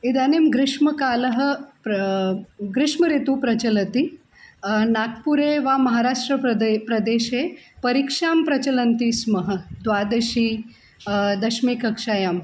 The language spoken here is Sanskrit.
इदानीं ग्रीष्मकालः प्रति ग्रीष्मर्तुः प्रचलति नाग्पुरे वा महाराष्ट्रप्रदेशे प्रदेशे परीक्षाः प्रचलन्ति स्म द्वादश दशमकक्षायाः